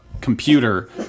computer